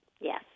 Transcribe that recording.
Yes